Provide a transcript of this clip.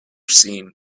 seen